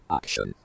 action